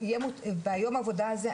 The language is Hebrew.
שביום עבודה הזה,